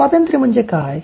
स्वातंत्र्य म्हणजे काय